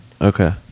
okay